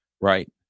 right